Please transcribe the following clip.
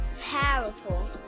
powerful